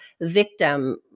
victim